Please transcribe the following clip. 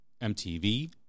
MTV